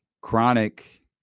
chronic